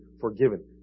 forgiven